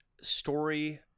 story